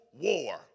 war